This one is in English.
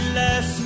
less